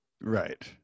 Right